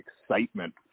excitement